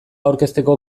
aurkezteko